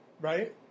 right